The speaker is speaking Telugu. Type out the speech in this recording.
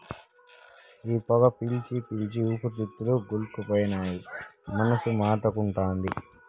ఈ పొగాకు పీల్చి పీల్చి నా ఊపిరితిత్తులు గుల్లైపోయినా మనసు మాటినకుంటాంది